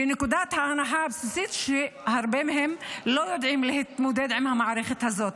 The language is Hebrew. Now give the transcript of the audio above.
ונקודת ההנחה הבסיסית היא שהרבה מהם לא יודעים להתמודד עם המערכת הזאת.